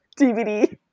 DVD